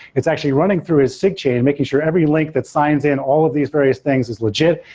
it's actually running through a sigchain making sure every link that signs in all of these various things is legit,